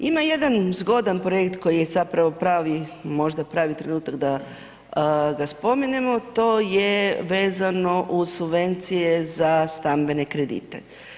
Imam jedan zgodan projekt koji je zapravo pravi, možda pravi trenutak da ga spomenemo, to je vezano uz subvencije za stambene kredite.